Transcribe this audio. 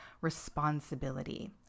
responsibility